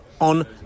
on